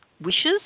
wishes